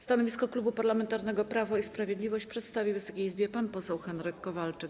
Stanowisko Klubu Parlamentarnego Prawo i Sprawiedliwość przedstawi Wysokiej Izbie pan poseł Henryk Kowalczyk.